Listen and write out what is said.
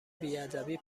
بیادبی